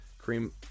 Cream